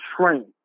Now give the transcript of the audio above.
train